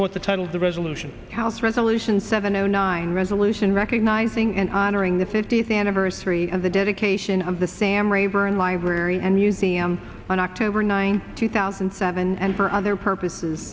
put the title of the resolution house resolution seven zero nine resolution recognizing and honoring the fiftieth anniversary of the dedication of the sam rayburn library and museum on october ninth two thousand and seven and for other purposes